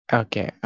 okay